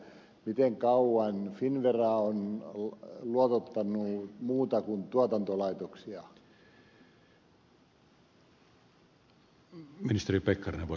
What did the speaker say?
miten kauan finnvera on luotottanut muita kuin tuotantolaitoksia